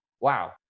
wow